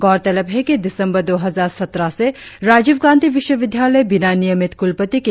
गौरतलब है कि दिसंबर दो हजार सत्रह से राजीव गांधी विश्वविद्यालय बिना नियमित कुलपति के कार्य कर रहा है